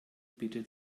bitte